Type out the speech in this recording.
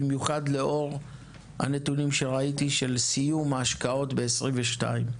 במיוחד לאור הנתונים שראיתי של סיום ההשקעות ב-2022.